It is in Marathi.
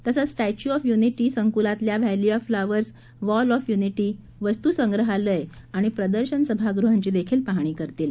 तसंच स्टॅच्यू ऑफ युनिटीच्या संकुलातल्या valley of flowers wall of unity वस्तुसंग्रहालय आणि प्रदर्शन सभागृहांची देखील पाहणी करतील